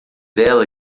dela